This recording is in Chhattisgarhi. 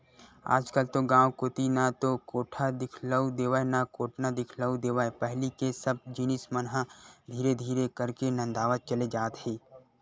आजकल तो गांव कोती ना तो कोठा दिखउल देवय ना कोटना दिखउल देवय पहिली के सब जिनिस मन ह धीरे धीरे करके नंदावत चले जात हे